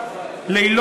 אל תטיף לנו מוסר.